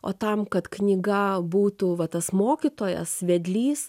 o tam kad knyga būtų va tas mokytojas vedlys